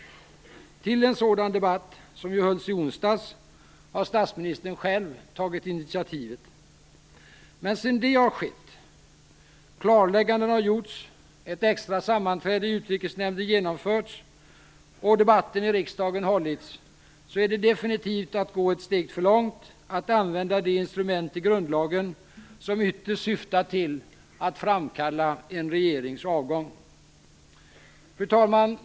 Till en sådan debatt, som ju hölls i onsdags, har statsministern själv tagit initiativet. Men sedan det har skett, klarläggande har gjorts, ett extra sammanträde i Utrikesnämnden genomförts och debatten i riksdagen hållits är det definitivt att gå ett steg för långt att använda det instrument i grundlagen som ytterst syftar till att framkalla en regerings avgång. Fru talman!